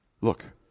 look